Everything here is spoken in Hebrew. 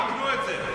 הם יקנו את זה.